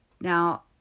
Now